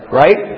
right